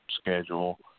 schedule